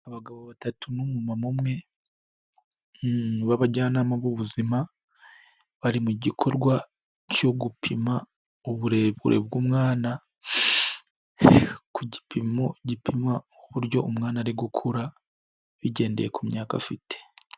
Abagabo batatu n'umuma umwe b'abajyanama b'ubuzima, bari mu gikorwa cyo gupima uburebure bw'umwana ku gipimo gipima uburyo umwana ari gukura, bigendeye ku myaka afite.